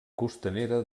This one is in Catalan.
costanera